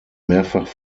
mehrfach